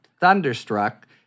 thunderstruck